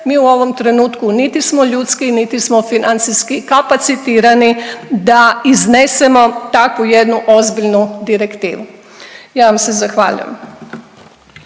mi u ovom trenutku niti smo ljudski, niti smo financijski kapacitirani da iznesemo takvu jednu ozbiljnu direktivu. Ja vam se zahvaljujem.